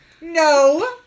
No